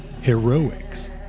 heroics